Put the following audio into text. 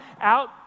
out